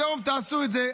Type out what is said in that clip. היום תעשו את זה.